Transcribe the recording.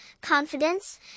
confidence